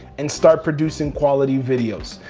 and start producing quality videos,